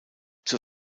zur